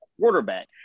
quarterback